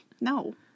No